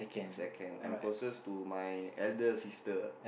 second I'm closest to my elder sister